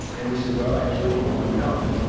and we said, well, actually, no we don't.